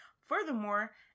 Furthermore